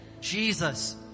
Jesus